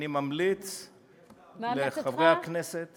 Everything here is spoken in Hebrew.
לכן אני ממליץ לחברי הכנסת,